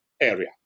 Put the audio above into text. area